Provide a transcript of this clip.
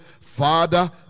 Father